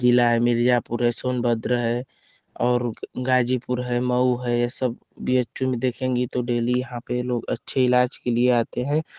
ज़िला है मिर्ज़ापुर है सोनभद्र है और गाजीपुर है मऊ है ये सब बी एच यू में देखेंगी तो डेली यहाँ पे लोग अच्छे इलाज़ के लिए आते हैं